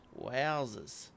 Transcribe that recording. Wowzers